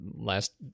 last